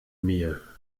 mir